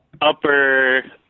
upper